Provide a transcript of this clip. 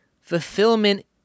fulfillment